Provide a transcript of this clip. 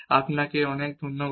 আপনাকে অনেক ধন্যবাদ